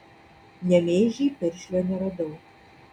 nemėžy piršlio neradau